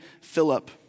Philip